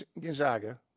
Gonzaga